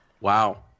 Wow